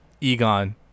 egon